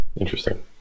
interesting